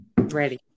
Ready